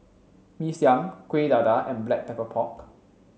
Mee Siam Kueh Dadar and black pepper pork